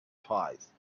twice